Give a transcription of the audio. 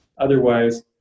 otherwise